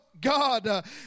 God